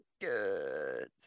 Good